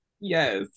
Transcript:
Yes